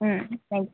thank you